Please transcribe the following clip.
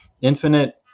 infinite